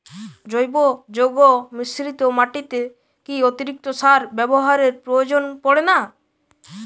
জৈব যৌগ মিশ্রিত মাটিতে কি অতিরিক্ত সার ব্যবহারের প্রয়োজন পড়ে না?